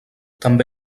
també